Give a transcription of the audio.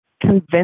convince